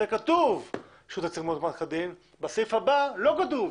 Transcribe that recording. כתוב שזה צריך להיות מאומת כדין אבל בסעיף הבא זה לא כתוב.